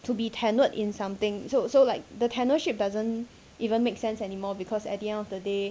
to be tenured in something so so like the tenure ship doesn't even make sense anymore because at the end of the day